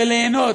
וליהנות,